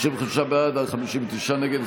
55 בעד, 59 נגד.